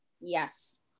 Yes